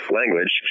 language